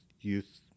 youth